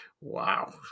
Wow